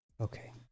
Okay